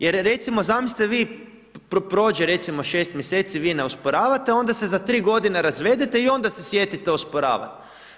Jer recimo, zamislite vi, prođe recimo 6 mjeseci, vi ne osporavate, onda se za 3 godine razvedete i onda se sjetite osporavati.